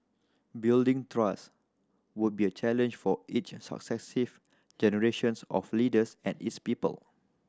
building trust would be a challenge for each successive generations of leaders and its people